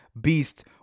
Beast